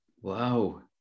Wow